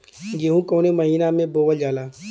गेहूँ कवने महीना में बोवल जाला?